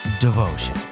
devotion